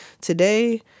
Today